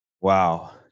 wow